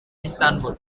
istanbul